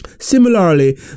Similarly